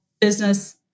business